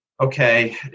okay